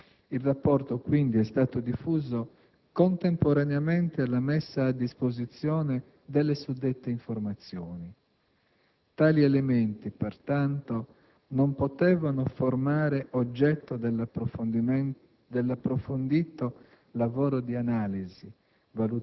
Il rapporto è stato quindi diffuso contemporaneamente alla messa a disposizione delle suddette informazioni. Tali elementi pertanto non potevano formare oggetto dell'approfondito lavoro di analisi,